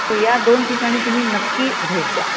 या दोन ठिकाणी तुम्ही नक्की भेट द्या